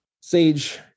Sage